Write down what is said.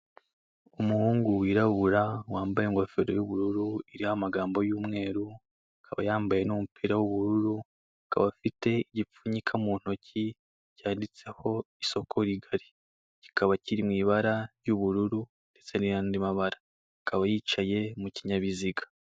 Umuhungu wirabura wambaye ingofero y'ubururu iriho amagambo y'umweru, akaba yambaye n'umupira w'ubururu akaba afite igipfunyika mu ntoki cyanditseho isoko rigari. Kikaba kiri mu ibara ry'ubururu ndetse n'andi mabara akaba yicaye mu kinyabiziga.